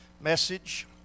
message